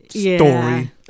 story